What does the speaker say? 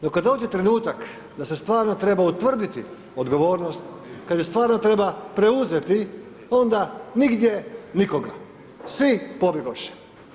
No kada dođe trenutak da se stvarno treba utvrditi odgovornost, kada ju stvarno treba preuzeti onda nigdje nikoga, svi pobjegoše.